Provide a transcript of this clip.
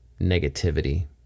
negativity